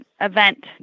event